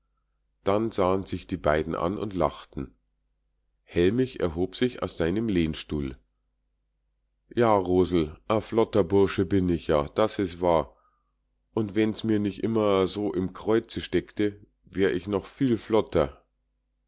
dann sahen sich die beiden an und lachten hellmich erhob sich aus seinem lehnstuhl ja rosel a flotter bursche bin ich ja das is wahr und wenn mir's nich immer a so im kreuze steckte wär ich noch viel flotter